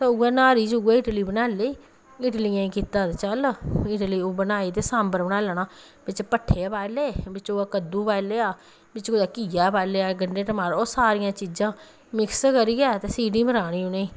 ते न्हारी च उ'ऐ इडली बनाई लेई इडलियें कीता चल इडली बनाई ते सांबर बनाई लैना बिच्च पट्ठे पाई ले बिच्च कद्दू पाई लेआ बिच्च घिया टमाटर सारियां चीजां मिक्स करियै ते सीटी मरानी उ'नें